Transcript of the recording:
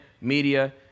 media